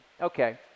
Okay